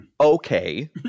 okay